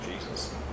Jesus